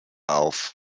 auf